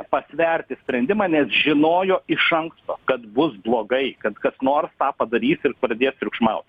pasverti sprendimą nes žinojo iš anksto kad bus blogai kad kas nors tą padarys ir pradės triukšmaut